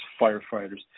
firefighters